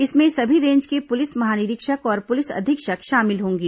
इसमें सभी रेंज के पुलिस महानिरीक्षक और पुलिस अधीक्षक शामिल होंगे